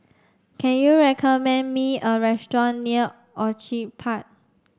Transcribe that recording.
can you recommend me a restaurant near Orchid Park